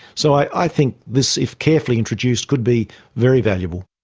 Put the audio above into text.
so i think this, if carefully introduced, could be very valuable.